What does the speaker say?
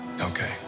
Okay